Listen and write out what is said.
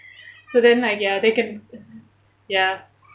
so then like ya they can ya